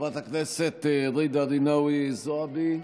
חברת הכנסת ג'ידא רינאוי זועבי,